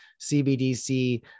CBDC